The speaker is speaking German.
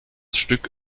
stück